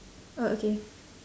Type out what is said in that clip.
orh okay